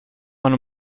man